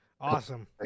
Awesome